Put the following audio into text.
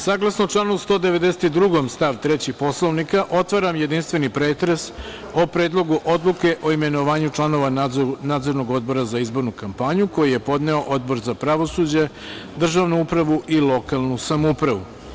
Saglasno članu 192. stav 3. Poslovnika, otvaram jedinstveni pretres o Predlogu odluke o imenovanju članova Nadzornog odbora za izbornu kampanju, koju je podneo Odbor za pravosuđe, državnu upravu i lokalnu samoupravu.